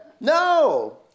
No